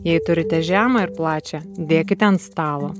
jei turite žemą ir plačią dėkite ant stalo